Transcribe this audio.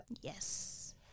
Yes